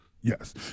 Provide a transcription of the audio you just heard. yes